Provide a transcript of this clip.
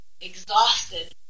exhausted